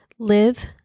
Live